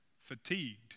fatigued